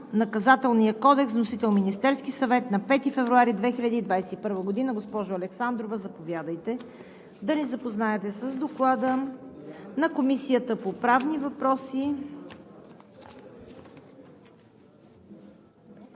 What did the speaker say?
Внесен е от Министерския съвет на 5 февруари 2021 г. Госпожо Александрова, заповядайте да ни запознаете с Доклада на Комисията по правни въпроси.